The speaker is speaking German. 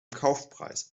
kaufpreis